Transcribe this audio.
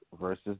versus